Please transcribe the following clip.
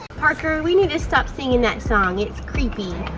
parker, we need to stop singing that song, it's creepy.